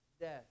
death